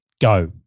go